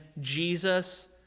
Jesus